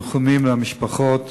לניחומים למשפחות